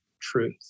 truth